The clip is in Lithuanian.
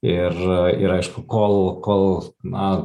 ir ir aišku kol kol na